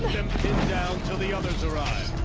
down till the others arrive.